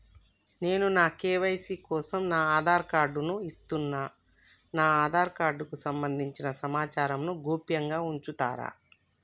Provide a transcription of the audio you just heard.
నేను నా కే.వై.సీ కోసం నా ఆధార్ కార్డు ను ఇస్తున్నా నా ఆధార్ కార్డుకు సంబంధించిన సమాచారంను గోప్యంగా ఉంచుతరా?